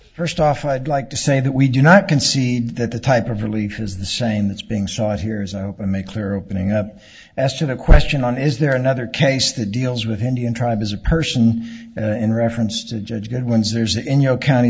first off i'd like to say that we do not concede that the type of relief is the same that's being sought here as a make clear opening up to the question on is there another case that deals with indian tribes a person in reference to judge good ones there's that in your county